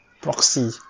proxy